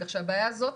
כך שהבעיה הזאת,